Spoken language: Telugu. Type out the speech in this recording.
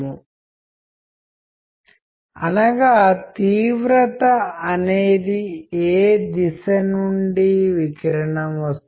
నేను ఐఐటి వ్యవస్థలో చేరినప్పుడు దాదాపు ఇరవై సంవత్సరాల క్రితం 18 సంవత్సరాల క్రితం సమయం గుర్తుకొస్తుంది